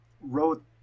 wrote